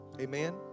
Amen